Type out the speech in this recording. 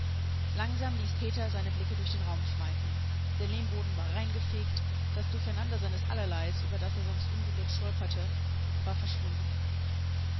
langsam ließ peter seine blicke durch den raum schweifen der lehmboden war reingefegt das durcheinander seines allerleis über das er sonst ungerührt stolperte war verschwunden